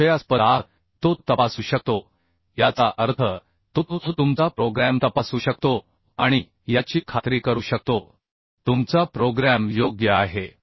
संशयास्पद आह तो तपासू शकतो याचा अर्थ तो तुमचा प्रोग्रॅम तपासू शकतो आणि याची खात्री करू शकतो तुमचा प्रोग्रॅम योग्य आहे